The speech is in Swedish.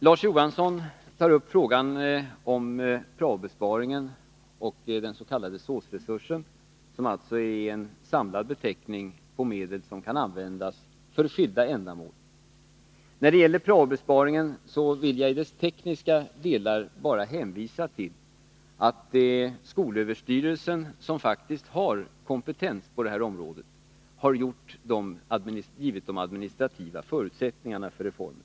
Larz Johansson tar upp frågan om prao-besparingen och den s.k. SÅS-resursen, som är en samlande beteckning för medel som kan användas för skilda ändamål. När det gäller prao-besparingen vill jag i dennas tekniska delar bara hänvisa till att det är skolöverstyrelsen som faktiskt har kompetens på det här området och som också har givit de administrativa förutsättningarna för reformen.